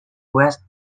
west